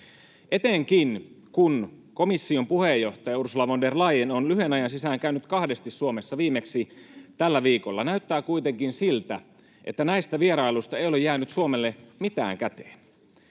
etenkin, kun komission puheenjohtaja Ursula von der Leyen on lyhyen ajan sisään käynyt kahdesti Suomessa, viimeksi tällä viikolla. Näyttää kuitenkin siltä, että näistä vierailuista ei ole jäänyt Suomelle mitään käteen.